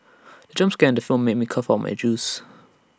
jump scare in the film made me cough out my juice